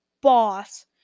boss